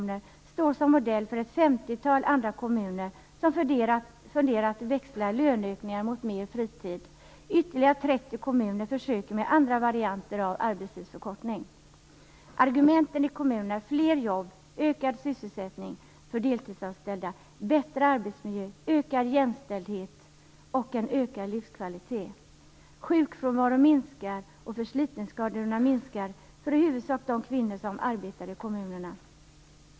Nu står den modell för ett femtiotal andra kommuner som funderar på att växla löneökningar mot mer fritid. Ytterligare 30 kommuner försöker med andra varianter av arbetstidsförkortning. Argumenten i kommunerna är fler jobb, ökad sysselsättning för deltidsanställda, bättre arbetsmiljö, ökad jämställdhet och en ökad livskvalitet. i huvudsak för de kvinnor som arbetar i kommunerna.